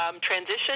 transition